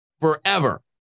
forever